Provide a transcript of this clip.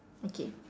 okay